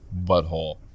butthole